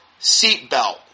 seatbelt